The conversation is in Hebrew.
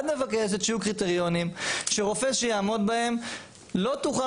את מבקשת שיהיו קריטריונים שרופא שיעמוד בהם לא תוכל